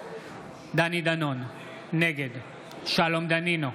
דני דנון, נגד שלום דנינו,